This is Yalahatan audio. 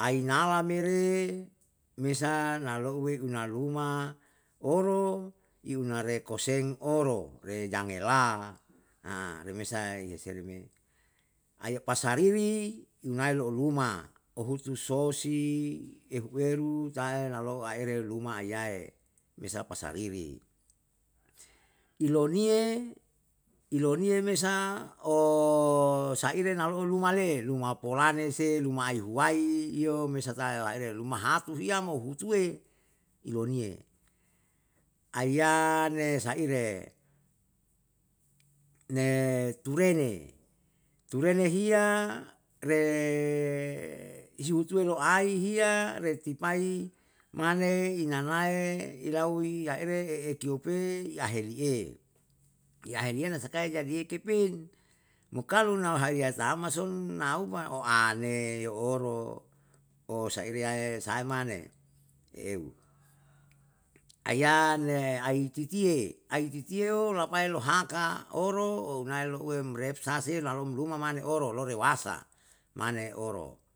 ainala mere mesa na louwe una luma oro iunare koseng oro, re jangela remesae yese le me. Aiye pasariri unae loho luma, ohutu sosi ehu eru ta'e nalo'o aere luma ayae mesa pasariri. Iloriye, iloriye mesa osaire nalo'o luma le'e, luma polane se, luma aihuwai iya mesa ta elaeru huma hatu hiya mo hutuwe, iloniye. Aiya ne saire ne turene, turene hiya re yuhutuwe ye ai hiya retipai mane inanae ilau iyaere eekiupe ihai'e, ihai'e na sakae jadi ye kepen, mo kalu na hiya tam pason nauma o ane yo oro, oro saire yae sae mane, i eu. Aiya ne ai titiye, aititiyeo lapai lohaka, oro oranae lu'uwe umrep sase na lom ruma mane oro, ro lewasa mane oro